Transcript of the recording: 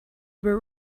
were